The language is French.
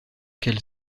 quelle